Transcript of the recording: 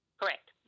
correct